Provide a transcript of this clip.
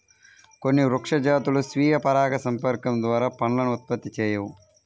కొన్ని వృక్ష జాతులు స్వీయ పరాగసంపర్కం ద్వారా పండ్లను ఉత్పత్తి చేయవు